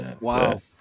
wow